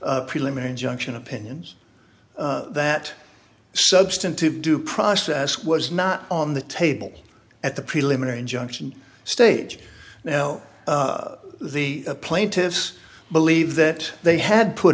preliminary injunction opinions that substantive due process was not on the table at the preliminary injunction stage the plaintiffs believe that they had put